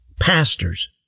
pastors